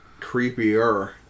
Creepier